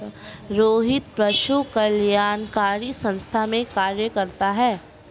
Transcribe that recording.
रोहित पशु कल्याणकारी संस्थान में कार्य करता है